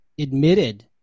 admitted